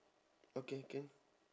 okay can